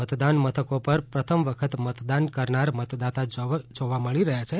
મતદાન મથકો પર પ્રથમ વખત મતદાન કરનાર મતદાતા પણ જોવા મળ્યા છે